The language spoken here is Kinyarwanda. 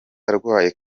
arwaye